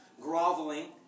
groveling